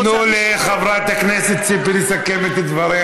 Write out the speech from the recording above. תנו לחברת הכנסת ציפי לסכם את דבריה.